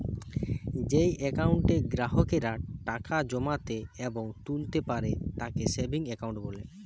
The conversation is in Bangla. যেই একাউন্টে গ্রাহকেরা টাকা জমাতে এবং তুলতা পারে তাকে সেভিংস একাউন্ট বলে